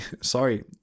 Sorry